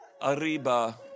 Arriba